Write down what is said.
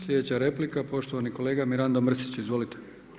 Sljedeća replika poštovani kolega Mirando Mrsić, izvolite.